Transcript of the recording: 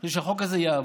כדי שהחוק הזה יעבור.